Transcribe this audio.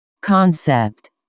concept